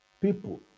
people